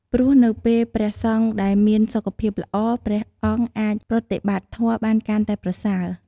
ព្រោះនៅពេលព្រះសង្ឃដែលមានសុខភាពល្អ ព្រះអង្គអាចប្រតិបត្តិធម៌បានកាន់តែប្រសើរ។